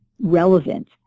relevant